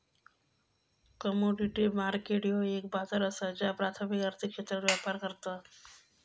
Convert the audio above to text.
commodity market ह्यो एक बाजार असा ज्यो प्राथमिक आर्थिक क्षेत्रात व्यापार करता